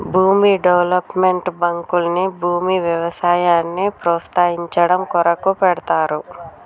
భూమి డెవలప్మెంట్ బాంకుల్ని భూమి వ్యవసాయాన్ని ప్రోస్తయించడం కొరకు పెడ్తారు